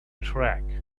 track